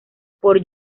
por